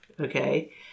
Okay